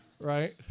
right